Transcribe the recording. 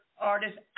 artist